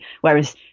Whereas